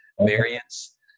variants